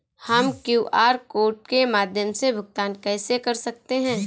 हम QR code के माध्यम से भुगतान कैसे कर सकते हैं?